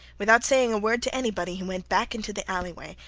without saying a word to anybody he went back into the alleyway,